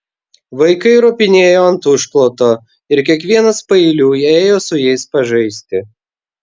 vaikai ropinėjo ant užkloto ir kiekvienas paeiliui ėjo su jais pažaisti